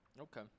Okay